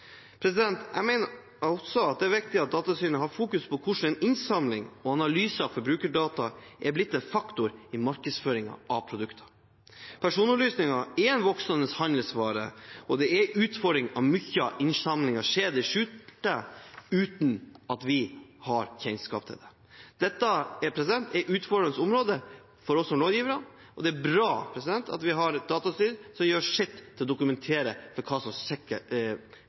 Jeg mener også det er viktig at Datatilsynet har fokus på hvordan innsamling og analyse av forbrukerdata er blitt en faktor i markedsføringen av produkter. Personopplysninger er en voksende handelsvare, og det er en utfordring at mye av innsamlingen skjer i det skjulte, uten at vi har kjennskap til det. Dette er et utfordrende område for oss som lovgivere. Det er bra at vi har et datatilsyn som gjør sitt for å dokumentere hva som